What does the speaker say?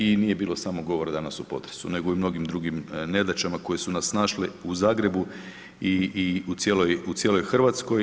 I nije bilo samo govora danas o potresu nego i o mnogim drugim nedaćama koje su nas snašle u Zagrebu i cijeloj Hrvatskoj.